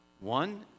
One